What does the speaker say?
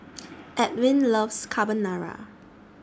Edwin loves Carbonara